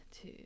two